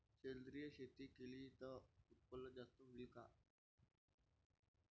सेंद्रिय शेती केली त उत्पन्न जास्त होईन का?